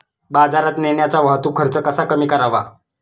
बाजारात नेण्याचा वाहतूक खर्च कसा कमी करावा?